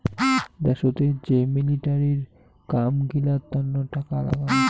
দ্যাশোতের যে মিলিটারির কাম গিলার তন্ন টাকা লাগাং